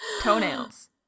Toenails